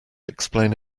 explain